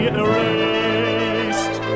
erased